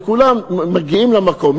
וכולם מגיעים למקום,